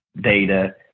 data